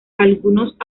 algunos